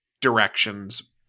directions